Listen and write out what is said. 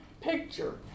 picture